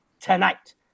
tonight